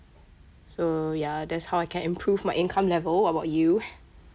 so ya that's how I can improve my income level what about you